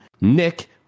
Nick